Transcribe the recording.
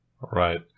Right